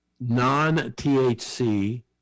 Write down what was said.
non-THC